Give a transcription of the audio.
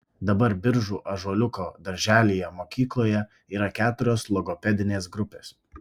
dabar biržų ąžuoliuko darželyje mokykloje yra keturios logopedinės grupės